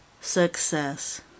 Success